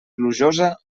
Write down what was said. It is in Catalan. plujosa